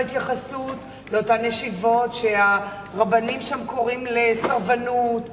בהתייחסות לאותן ישיבות שהרבנים שם קוראים לסרבנות וקוראים,